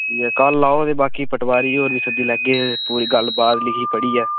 जे कल्ल होग ते बाकी पटवारी होर बी सद्धी लैगे पूरी गल्ल बात लिखी पढ़ियै